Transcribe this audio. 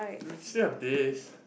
we still have these